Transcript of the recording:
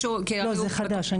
לא, זה חדש.